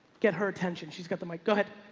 get her attention. she's got the mic. go ahead.